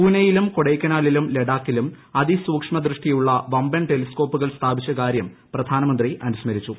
പൂനെയിലും കൊഡൈക്കനാലും ലഡാക്കിലും അതിസൂക്ഷ്മ ദൃഷ്ടിയുള്ള വമ്പൻ ടെലിസ്കോപ്പുകൾ സ്ഥാപിച്ച കാര്യം പ്രധാനന്ത്രി അനുസ്മരിച്ചു